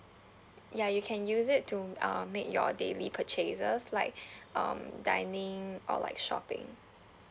ya you can use it to uh make your daily purchases like um dining or like shopping